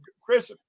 chris